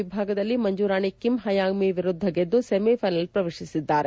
ವಿಭಾಗದಲ್ಲಿ ಮಂಜುರಾಣಿ ಕಿಮ್ ಪಯಾಂಗ್ ಮಿ ವಿರುದ್ದ ಗೆದ್ದು ಸೆಮಿಫ್ಟೆನಲ್ ಪ್ರವೇಶಿಸಿದ್ದಾರೆ